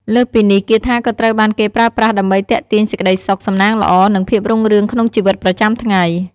លើសពីនេះ គាថាក៏ត្រូវបានគេប្រើប្រាស់ដើម្បីទាក់ទាញសេចក្តីសុខ សំណាងល្អ និងភាពរុងរឿងក្នុងជីវិតប្រចាំថ្ងៃ។